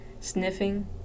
sniffing